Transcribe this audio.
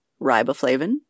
Riboflavin